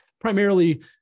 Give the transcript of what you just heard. primarily